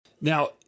Now